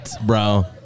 bro